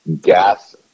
gas